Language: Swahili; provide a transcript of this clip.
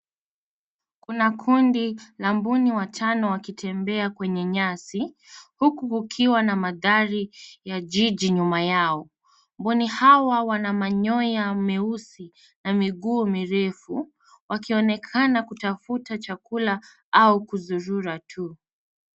Kuna kundi la mbuni watano wakitembea kwenye nyasi huku kukiwa na mandhari ya jiji nyuma yao. Mbuni hawa wana manyoya meusi na miguu mirefu wakionekana kutafuta chakula au kuzurura tu.